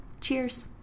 Cheers